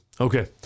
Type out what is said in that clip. Okay